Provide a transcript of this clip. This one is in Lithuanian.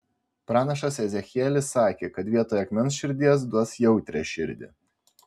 pranašas ezechielis sakė kad vietoj akmens širdies duos jautrią širdį